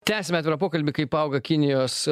tęsiame atvirą pokalbį auga kinijos